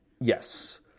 Yes